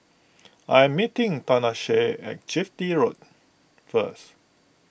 I am meeting Tanesha at Chitty Road first